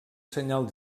senyal